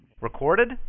recorded